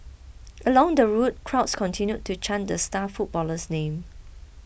along the route crowds continued to chant the star footballer's name